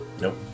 nope